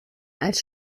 als